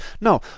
No